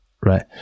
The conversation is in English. right